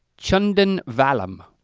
chundan vallam.